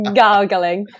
gargling